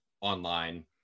online